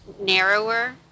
narrower